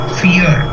fear